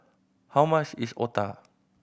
how much is otah